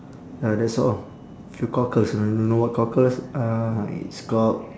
ya that's all few cockles man you know what cockles uh it's called